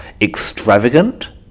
extravagant